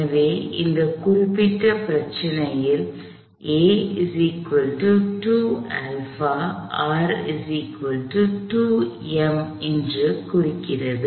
எனவே இந்த குறிப்பிட்ட பிரச்சனையில் இது குறிக்கிறது